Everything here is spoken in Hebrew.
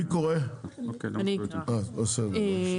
מי קורה את הצעת